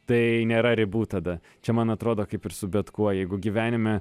tai nėra ribų tada čia man atrodo kaip ir su bet kuo jeigu gyvenime